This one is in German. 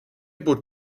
bot